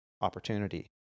opportunity